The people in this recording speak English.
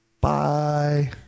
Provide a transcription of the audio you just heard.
bye